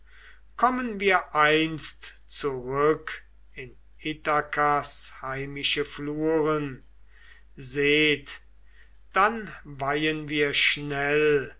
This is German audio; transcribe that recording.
kommen wir einst zurück in ithakas heimische fluren seht dann weihen wir schnell